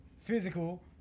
physical